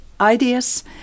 ideas